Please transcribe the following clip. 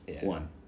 one